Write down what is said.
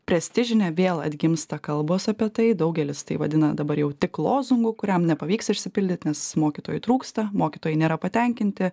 prestižine vėl atgimsta kalbos apie tai daugelis tai vadina dabar jau tik lozungu kuriam nepavyks išsipildyt nes mokytojų trūksta mokytojai nėra patenkinti